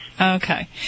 Okay